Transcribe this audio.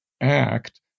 act